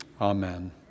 Amen